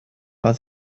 war